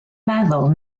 meddwl